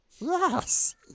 yes